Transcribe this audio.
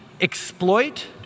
exploit